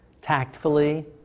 tactfully